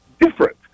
different